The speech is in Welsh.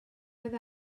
oedd